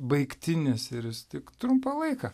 baigtinis ir jis tik trumpą laiką